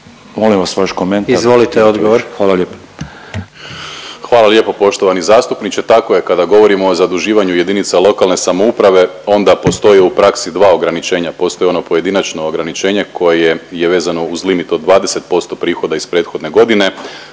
Gordan (HDZ)** Izvolite odgovor. **Primorac, Marko** Hvala lijepo poštovani zastupniče. Tako je, kada govorimo o zaduživanju JLS onda postoje u praksi dva ograničenja, postoji ono pojedinačno ograničenje koje je vezano uz limit od 20% prihoda iz prethodne godine,